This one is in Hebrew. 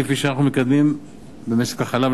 כפי שאנחנו מקדמים במשק החלב,